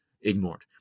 ignored